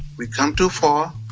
we've come too far.